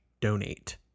donate